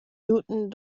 newton